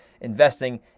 investing